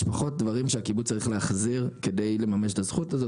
יש פחות דברים שכל חקלאי צריך להחזיר כדי לממש את הזכות הזו.